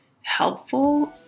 helpful